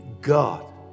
God